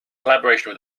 collaboration